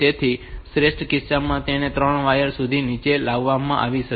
તેથી શ્રેષ્ઠ કિસ્સામાં તેને 3 વાયર સુધી નીચે લાવવામાં આવી શકે છે